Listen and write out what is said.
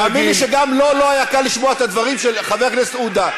תאמין לי שגם לו לא היה קל לשמוע את הדברים של חבר הכנסת עודה.